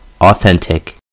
authentic